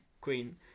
queen